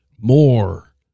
more